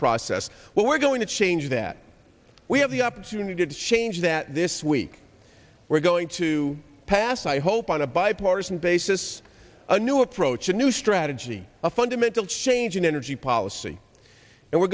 process well we're going to change that we have the opportunity to change that this week we're going to pass i hope on a bipartisan basis a new approach a new strategy a fundamental change in energy policy and we're